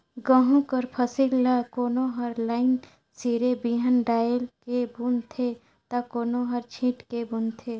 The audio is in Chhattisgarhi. गहूँ कर फसिल ल कोनो हर लाईन सिरे बीहन डाएल के बूनथे ता कोनो हर छींट के बूनथे